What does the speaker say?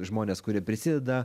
žmones kurie prisideda